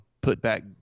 put-back